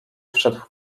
wszedł